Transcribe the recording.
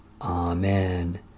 Amen